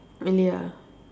ya